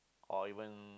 or even